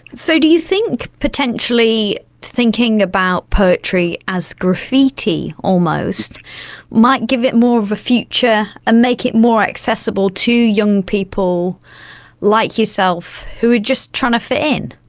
so do you think potentially thinking about poetry as graffiti almost might give it more of a future and make it more accessible to young people like yourself who are just trying to fit in?